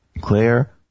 Claire